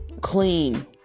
clean